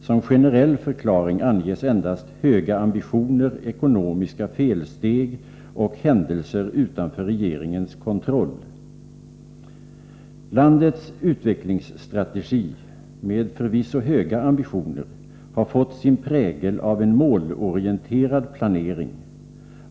Som generell förklaring anges endast höga ambitioner, ekonomiska felsteg och händelser utanför regeringens kontroll. Landets utvecklingsstrategi — som förvisso har höga ambitioner — har fått sin prägel av en målorienterad planering.